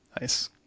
Nice